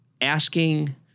asking